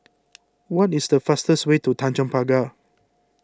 what is the fastest way to Tanjong Pagar